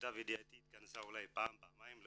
למיטב ידיעתי היא התכנסה אולי פעם או פעמיים,